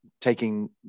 taking